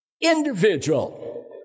individual